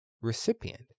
recipient